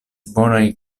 bonajn